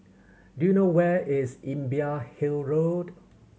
do you know where is Imbiah Hill Road